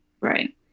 Right